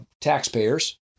taxpayers